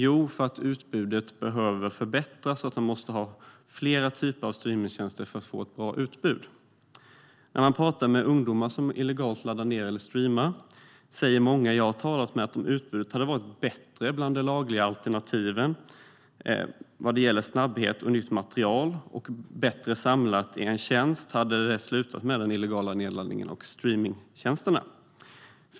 Jo, för att utbudet behöver förbättras och för att man måste ha flera olika typer av streamingtjänster för att få ett bra utbud. När man pratar med ungdomar som illegalt laddar ned eller streamar säger många att om utbudet hade varit bättre bland de lagliga streamingtjänsterna vad gäller snabbhet, nytt material och mer samlat i en tjänst hade de slutat med den illegala nedladdningen och de illegala streamingtjänsterna.